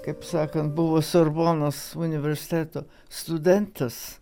kaip sakant buvo sorbonos universiteto studentas